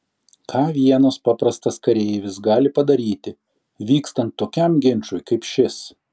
ką vienas paprastas kareivis gali padaryti vykstant tokiam ginčui kaip šis